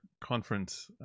conference